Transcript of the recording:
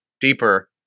deeper